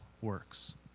works